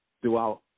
throughout